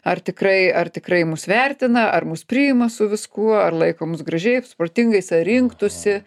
ar tikrai ar tikrai mus vertina ar mus priima su viskuo ar laiko mus gražiais protingais ar rinktųsi